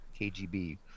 KGB